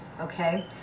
Okay